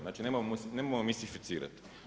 Znači nemojmo mistificirati.